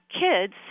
kids